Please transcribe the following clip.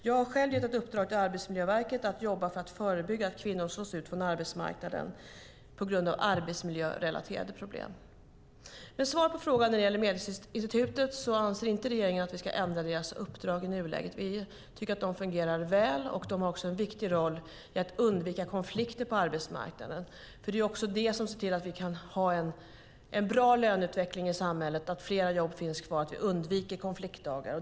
Jag har själv gett Arbetsmiljöverket i uppdrag att jobba för att förebygga att kvinnor slås ut från arbetsmarknaden på grund av arbetsmiljörelaterade problem. Svaret på frågan om Medlingsinstitutet är att regeringen inte anser att uppdraget i nuläget ska ändras. Vi tycker att institutet fungerar väl, och det har en viktig roll att undvika konflikter på arbetsmarknaden. Det är institutet som ska se till att vi kan få en bra löneutveckling i samhället, att fler jobb finns kvar och att vi undviker konfliktdagar.